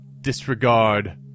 disregard